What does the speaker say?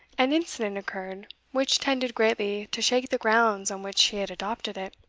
an incident occurred which tended greatly to shake the grounds on which he had adopted it.